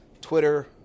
Twitter